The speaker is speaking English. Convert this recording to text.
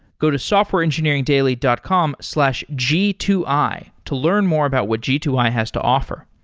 go to softwareengineeringdaily dot com slash g two i to learn more about what g two i has to offer.